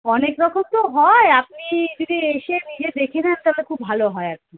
অনেক রকম তো হয় আপনি যদি এসে নিজে দেখে নেন তাহলে খুব ভালো হয় আর কি